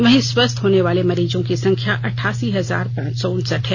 वहीं स्वस्थ होने वाले मरीजों की संख्या अटठासी हजार पांच सौ उनसठ है